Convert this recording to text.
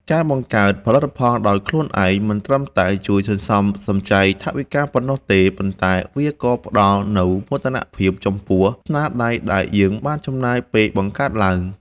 ការបង្កើតផលិតផលដោយខ្លួនឯងមិនត្រឹមតែជួយសន្សំសំចៃថវិកាប៉ុណ្ណោះទេ ប៉ុន្តែ វាក៏ផ្ដល់នូវមោទនភាពចំពោះស្នាដៃដែលយើងបានចំណាយពេលបង្កើតឡើង។